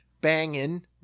banging